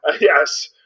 Yes